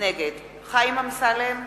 נגד חיים אמסלם,